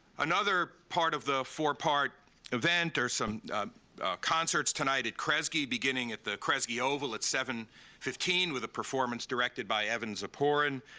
another part of the four part event are some concerts tonight at kresge, beginning at the kresge oval at seven fifteen with a performance directed by evan ziporyn.